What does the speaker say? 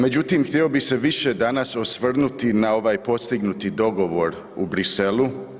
Međutim, htio bih se više danas osvrnuti na ovaj postignuti dogovor u Bruxellesu.